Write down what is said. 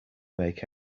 make